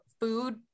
food